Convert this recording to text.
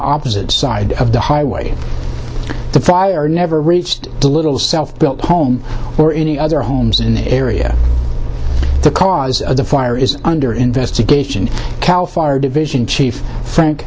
opposite side of the highway the fire never reached the little self built home or any other homes in the area the cause of the fire is under investigation cal fire division chief frank